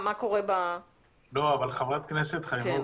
בסדר, אבל יש תהליך.